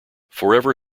forever